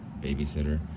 babysitter